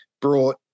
brought